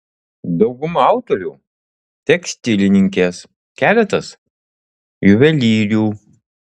dauguma autorių tekstilininkės keletas juvelyrių